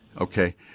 Okay